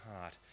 heart